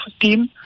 team